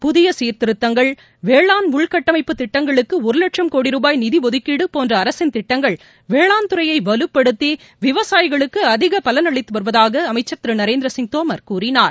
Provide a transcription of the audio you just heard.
புதிய வேளாண் சீர்திருத்தங்கள் உள்கட்டமைப்பு திட்டங்களுக்கு ஒரு லட்சம் கோடி ரூபாயி நிதிஒதுக்கீடு போன்ற அரசின் திட்டங்கள் வேளாண் துறையை வலுப்படுத்தி விவசாயிகளுக்கு அதிக பலன் அளித்து வருவதாக அமைச்சர் திரு நரேந்திர சிங் தோமர் கூறினார்